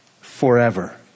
forever